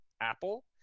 Apple